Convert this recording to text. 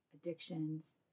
addictions